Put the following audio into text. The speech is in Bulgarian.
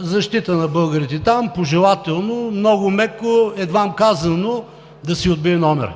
защита на българите там, пожелателно, много меко, едвам казано, да се отбие номера.